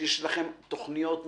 יש לכם תוכניות מצוינות.